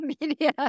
media